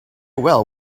well